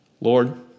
Lord